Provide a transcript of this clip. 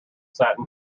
satin